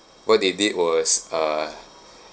what they did was uh